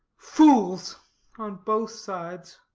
fools on both sides!